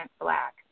black